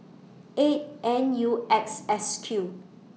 eight N U X S Q